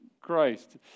Christ